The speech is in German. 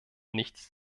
nichts